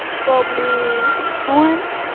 probably science.